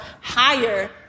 higher